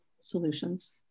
solutions